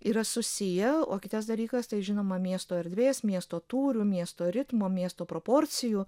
yra susiję o kitas dalykas tai žinoma miesto erdvės miesto tūrių miesto ritmo miesto proporcijų